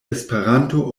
esperanto